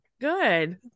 Good